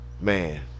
Man